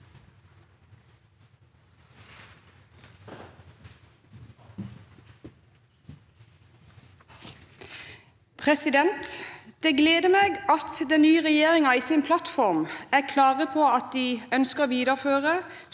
Det gleder meg at den nye regjeringen i sin plattform er klar på at den ønsker å videreføre